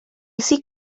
seek